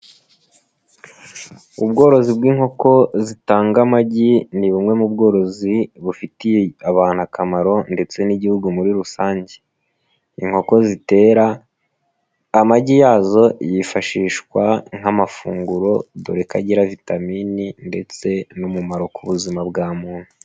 Ubworozi bw'inkoko zitanga amagi ni bumwe mu bworozi bufitiye abantu akamaro ndetse n'igihugu muri rusange, inkoko zitera, amagi yazo yifashishwa nk'amafunguro dore ko agira vitamini ndetse n'umumaro ku buzima bwa muntu.